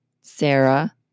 Sarah